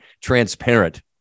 transparent